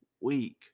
week